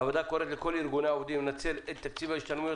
הוועדה קוראת לכל ארגוני העובדים לנצל את תקציב ההשתלמויות